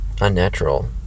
unnatural